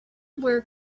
where